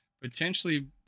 potentially